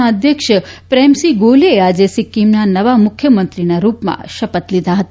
ના અધ્યક્ષ પ્રેમસિંહ ગોલે આજે સિક્કિમના નવા મુખ્યમંત્રીના રૂપમાં શપથ લીધા હતા